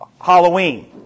Halloween